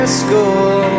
school